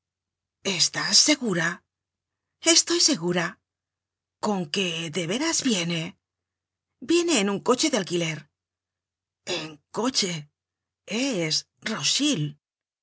estás segura estoy segura con que de veras viene viene en un coche de alquiler en coche es rothschild el